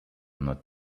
not